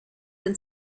and